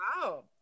Wow